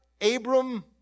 Abram